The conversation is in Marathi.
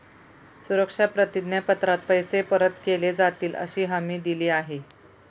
सुरक्षा प्रतिज्ञा पत्रात पैसे परत केले जातीलअशी हमी दिली आहे